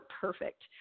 perfect